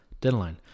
Deadline